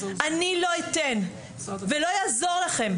אני לא אתן ולא יעזור לכם,